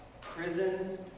Prison